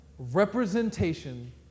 representation